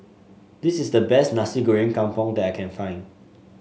this is the best Nasi Goreng Kampung that I can find